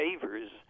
favors